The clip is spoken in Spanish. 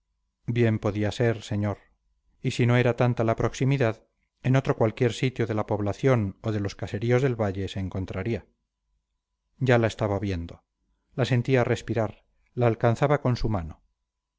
bien podía ser señor y si no era tanta la proximidad en otro cualquier sitio de la población o de los caseríos del valle se encontraría ya la estaba viendo la sentía respirar la alcanzaba con su mano